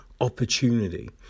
opportunity